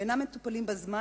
שאינם מטופלים בזמן,